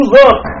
look